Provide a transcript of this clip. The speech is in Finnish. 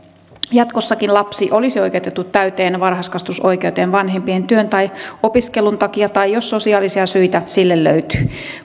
jatkossakin lapsi olisi oikeutettu täyteen varhaiskasvatusoikeuteen vanhempien työn tai opiskelun takia tai jos sosiaalisia syitä sille löytyy